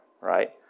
right